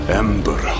ember